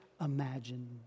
imagine